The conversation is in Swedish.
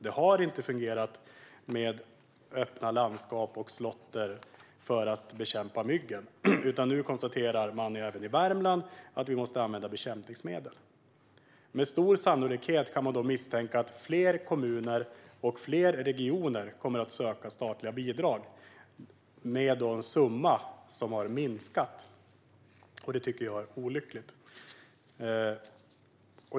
Det har inte fungerat med öppna landskap och slåtter för att bekämpa myggen, och nu konstaterar man även i Värmland att man måste använda bekämpningsmedel. Med stor sannolikhet kan man misstänka att fler kommuner och fler regioner kommer att söka pengar från de statliga bidrag som har minskat. Det tycker jag är olyckligt.